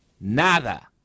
Nada